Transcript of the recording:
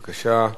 בבקשה,